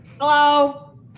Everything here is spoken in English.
Hello